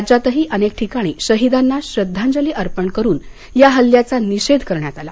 राज्यातही अनेक ठिकाणी शहिदांना श्रद्धांजली अर्पण करून या हल्ल्याचा निषेध करण्यात आला